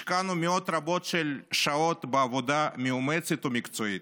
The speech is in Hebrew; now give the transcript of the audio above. השקענו מאות רבות של שעות בעבודה מאומצת ומקצועית.